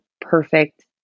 perfect